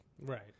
Right